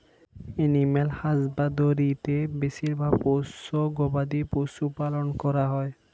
animal husbandry তে বেশিরভাগ পোষ্য গবাদি পশু পালন করা হয়